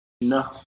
No